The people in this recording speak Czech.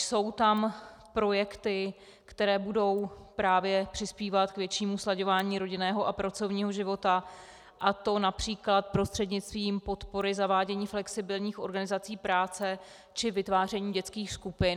Jsou tam projekty, které budou právě přispívat k většímu slaďování rodinného a pracovního života, a to například prostřednictvím podpory zavádění flexibilních organizací práce či vytváření dětských skupin.